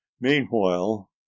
meanwhile